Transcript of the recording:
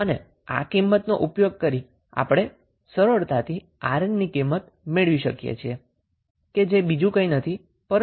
અને આ કિંમતનો ઉપયોગ કરી અને આપણે સરળતાથી 𝑅𝑁 ની કિંમત મેળવી શકીએ છીએ જે બીજું કંઈ નથી પરંતુ 𝑅𝑇ℎ જેટલું છે